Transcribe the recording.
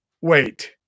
wait